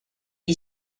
est